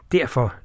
Derfor